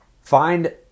Find